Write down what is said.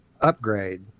upgrade